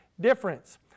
difference